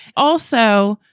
also,